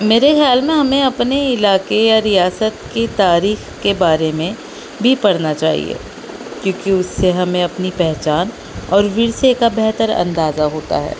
میرے خیال میں ہمیں اپنے علاقے یا ریاست کی تاریخ کے بارے میں بھی پڑھنا چاہیے کیونکہ اس سے ہمیں اپنی پہچان اور ورثے کا بہتر اندازہ ہوتا ہے